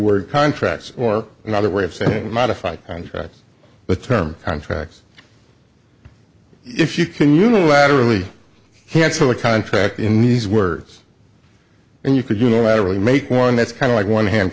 word contracts or another way of saying modify the term contracts if you can unilaterally cancel a contract in these words and you could unilaterally make one that's kind of like one hand